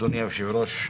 אדוני היושב-ראש,